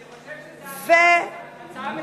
אני חושב שזה הצעה מצוינת.